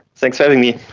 thanks for having me.